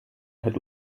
had